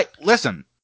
Listen